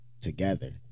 together